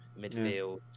Midfield